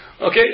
Okay